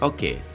Okay